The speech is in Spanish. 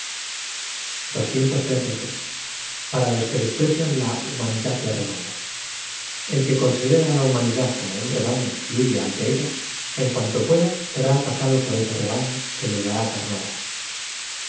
superficie a ra lo desprecian la humanidad de rebaño el que considera á la humanidad corno uo rebaüo huye ante ella en cuanto pueda ser atacado por ese rebaño que le dar cornadas